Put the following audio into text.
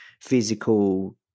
physical